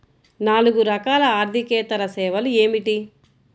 నాలుగు రకాల ఆర్థికేతర సేవలు ఏమిటీ?